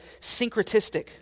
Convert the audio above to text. syncretistic